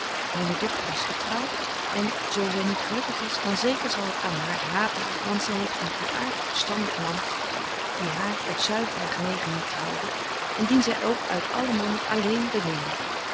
myne dochter is getrouwt en zo zy niet gelukkig is dan zeker zal het aan haar haperen want zy heeft een goedaartig verstandig man die haar uit zuivere genegenheid trouwde en dien zy ook uit alle mannen alléén beminde